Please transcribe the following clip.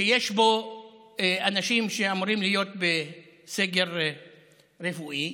שיש בו אנשים שאמורים להיות בסגר רפואי,